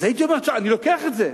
אז הייתי אומר, אני לוקח את זה.